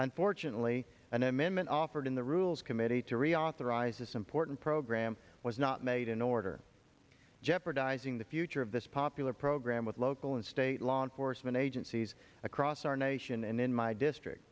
unfortunately an amendment offered in the rules committee to reauthorize this important program was not made in order jeopardizing the future of this popular program with local and state law enforcement agencies across our nation and in my district